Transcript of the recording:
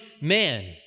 man